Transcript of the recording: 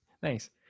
Thanks